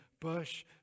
Bush